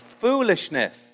foolishness